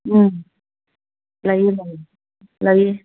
ꯎꯝ ꯂꯩꯌꯦ ꯂꯩꯌꯦ ꯂꯩꯌꯦ